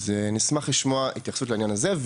נשמח לשמוע התייחסות לעניין הזה,